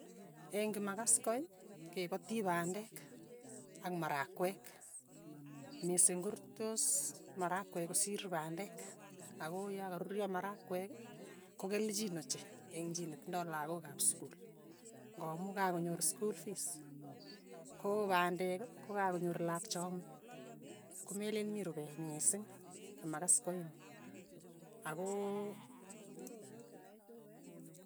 Eng' kimakaskoi, kepati pandek ak marakwek, mising ko rurtos makakwek ko siir pandek, ako ya karuryo marakwek ko kelchin ochei eng' chii netindoi lakok ap sukul, ng'amu kakonyor skul fiis, ko pandek kokokakonyor laak che ame, komeleen mi rupee mising, kimakaskoi ini, akooo.